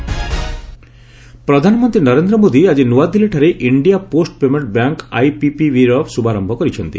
PM India post ପ୍ରଧାନମନ୍ତ୍ରୀ ନରେନ୍ଦ୍ର ମୋଦି ଆଜି ନୂଆଦିଲ୍ଲୀଠାରେ India post payment bank IPPB ର ଶୁଭାରମ୍ଭ କରିଛନ୍ତି